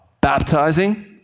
Baptizing